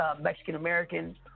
Mexican-American